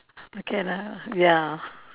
can ah ya